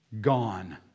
gone